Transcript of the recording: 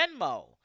Venmo